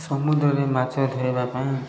ସମୁଦ୍ରରେ ମାଛ ଧରିବା ପାଇଁ